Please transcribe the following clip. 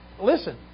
Listen